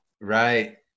right